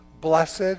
blessed